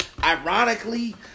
Ironically